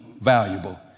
valuable